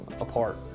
apart